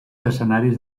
escenaris